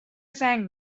زنگ